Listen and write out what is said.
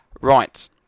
Right